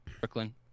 Brooklyn